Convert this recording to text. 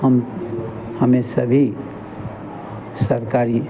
हम हमें सभी सरकारी